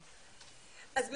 אז,